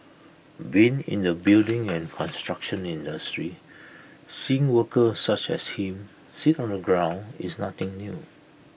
being in the building and construction industry seeing workers such as him sit on the ground is nothing new